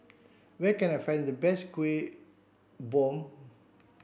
where can I find the best Kueh Bom